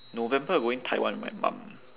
november I going taiwan with my mum